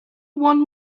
one